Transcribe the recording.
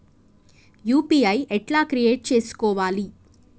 UPI ఎట్లా create చేసుకోవాలి?